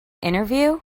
interview